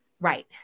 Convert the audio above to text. Right